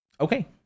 Okay